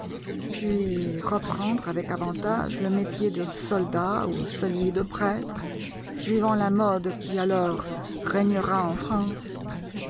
puis reprendre avec avantage le métier de soldat ou celui de prêtre suivant la mode qui alors régnera en france